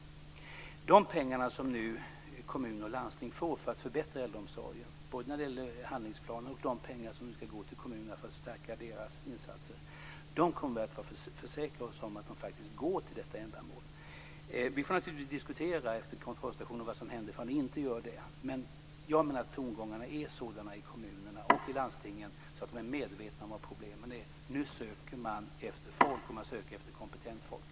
Beträffande de pengar som nu kommuner och landsting får för att förbättra äldreomsorgen, det gäller både handlingsplanerna och de pengar som nu ska gå till kommunerna för att stärka deras insatser, kommer vi att försäkra oss om att de faktiskt går till detta ändamål. Vi får naturligtvis diskutera efter kontrollstationerna vad som händer om de inte gör det. Jag menar dock att tongångarna är sådana inom kommunerna och landstingen att man är medveten om vad problemen är. Nu söker man efter folk, och man söker efter kompetent folk.